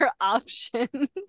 options